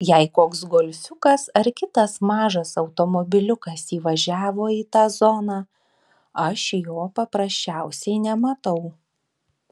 jei koks golfiukas ar kitas mažas automobiliukas įvažiavo į tą zoną aš jo paprasčiausiai nematau